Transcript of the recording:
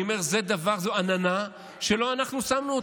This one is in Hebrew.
אני אומר שזאת עננה שלא אנחנו שמנו אותה,